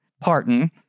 Parton